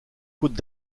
côtes